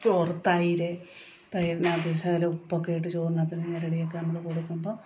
ചോറ് തൈര് തൈരിനകത്തു ശകലം ഉപ്പ് ഒക്കെ ഇട്ട് ചോറിനകത്ത് ഞെരടിയൊക്കെ നമ്മൾ കൊടുക്കുമ്പം